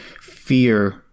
fear